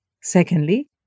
Secondly